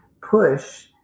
push